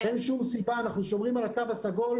אנחנו שומרים על התו הסגול,